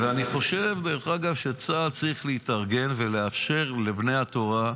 אני חושב שצה"ל צריך להתארגן ולאפשר לבני התורה,